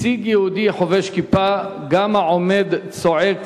מציג יהודי חובש כיפה, גם עומד, צועק